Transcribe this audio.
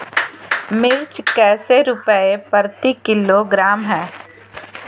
मिर्च कैसे रुपए प्रति किलोग्राम है?